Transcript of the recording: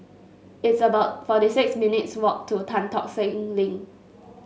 it's about forty six minutes' walk to Tan Tock Seng Link